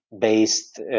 Based